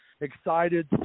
excited